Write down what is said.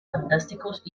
fantásticos